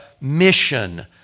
mission